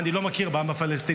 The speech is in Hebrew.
אני לא מכיר בעם הפלסטיני.